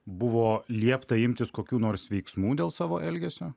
buvo liepta imtis kokių nors veiksmų dėl savo elgesio